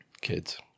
Kids